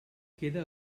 queda